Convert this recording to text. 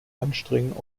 anstrengungen